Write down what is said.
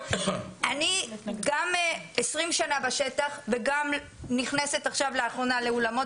אני 20 שנים בשטח וגם נכנסת עכשיו לאחרונה לאולמות